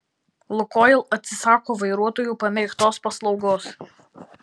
lukoil atsisako vairuotojų pamėgtos paslaugos